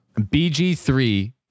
BG3